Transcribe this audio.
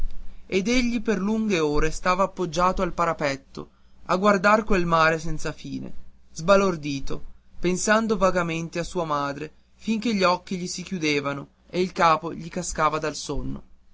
ed egli per lunghe ore stava appoggiato al parapetto a guardar quel mare senza fine sbalordito pensando vagamente a sua madre fin che gli occhi gli si chiudevano e il capo gli cascava dal sonno